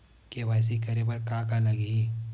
KYC करे बर का का लगही?